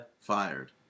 Fired